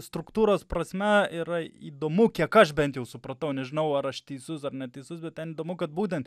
struktūros prasme yra įdomu kiek aš bent jau supratau nežinau ar aš teisus ar neteisus bet ten įdomu kad būtent